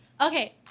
Okay